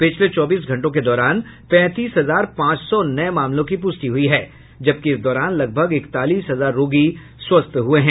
पिछले चौबीस घंटों के दौरान पैंतीस हजार पांच सौ नए मामलों की पुष्टि हुई है जबकि इस दौरान लगभग इकतालीस हजार रोगी स्वस्थ हुए हैं